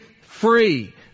free